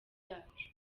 byacu